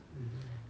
mmhmm